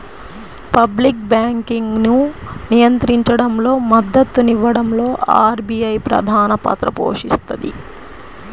public బ్యాంకింగ్ను నియంత్రించడంలో, మద్దతునివ్వడంలో ఆర్బీఐ ప్రధానపాత్ర పోషిస్తది